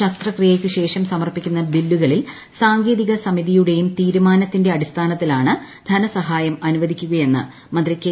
ശസ്ത്രക്രിയയ്ക്കു ശേഷം സമർപ്പിക്കുന്നു ബില്ലുകളിൽ സാങ്കേതിക സമിതിയുടെയും തീരുമാന്ത്തിന്റെ അടിസ്ഥാനത്തിലാണ് ധനസഹായും അനുവദിക്കുകയെന്ന് മന്ത്രി കെ